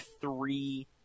three